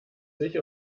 sich